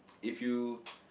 if you